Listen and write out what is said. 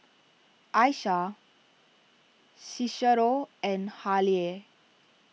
Aisha Cicero and Hallie